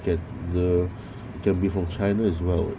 can uh can be from china as well